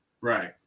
Right